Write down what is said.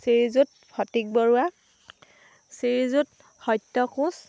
Srijut Phatik Barua Srijut Satya Koch